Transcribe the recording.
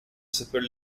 super